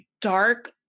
dark